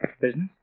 Business